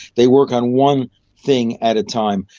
they work on one thing at a time.